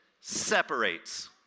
separates